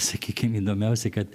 sakykim įdomiausia kad